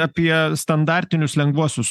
apie standartinius lengvuosius